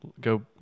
go